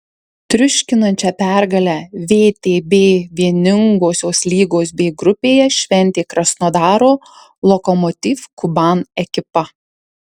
triuškinančią pergalę vtb vieningosios lygos b grupėje šventė krasnodaro lokomotiv kuban ekipa